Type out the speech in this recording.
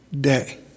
day